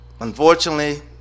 unfortunately